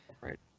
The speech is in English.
Right